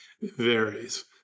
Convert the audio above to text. varies